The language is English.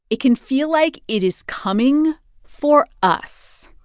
it can feel like it is coming for us.